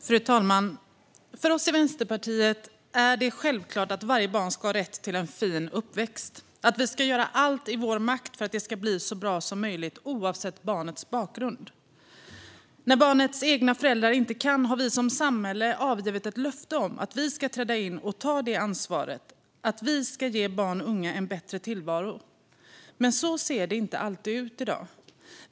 Fru talman! För oss i Vänsterpartiet är det självklart att varje barn ska ha rätt till en fin uppväxt och att vi ska göra allt i vår makt för att det ska bli så bra som möjligt, oavsett barnets bakgrund. Vi som samhälle har avgivit ett löfte att vi, när barnets egna föräldrar inte kan, ska träda in och ta över detta ansvar och att vi ska ge barn och unga en bättre tillvaro. Men så ser det inte alltid ut i dag.